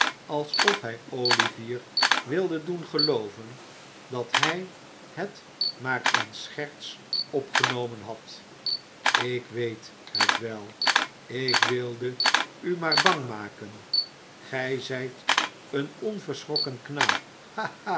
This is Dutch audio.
alsof hij olivier wilde doen gelooven dat hij het maar in scherts opgenomen had ik weet het wel ik wilde u maar bang maken gij zijt een onverschrokken knaap